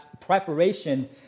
preparation